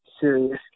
serious